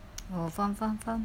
oh faham faham faham